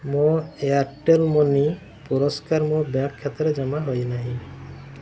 ମୋ Airtel money ପୁରଷ୍କାର ମୋ ବ୍ୟାଙ୍କ୍ ଖାତାରେ ଜମା ହୋଇନାହିଁ